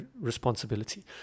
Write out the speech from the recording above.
responsibility